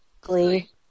Glee